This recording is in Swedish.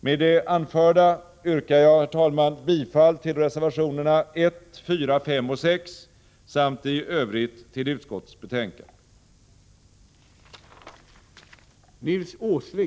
Med det anförda yrkar jag, herr talman, bifall till reservationerna 1, 4, 5 och 6 samt i övrigt till utskottets hemställan.